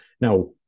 now